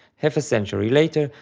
half a century later,